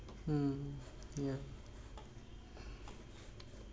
um ya